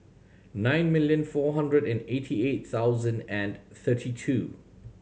nine million four hundred and eighty eight thousand and thirty two